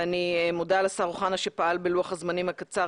ואני מודה לשר אוחנה שפעל בלוח הזמנים הקצר